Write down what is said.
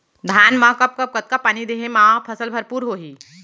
धान मा कब कब कतका पानी देहे मा फसल भरपूर होही?